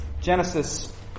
Genesis